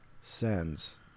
sends